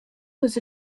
was